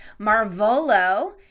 Marvolo